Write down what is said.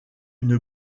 une